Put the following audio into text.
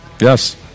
Yes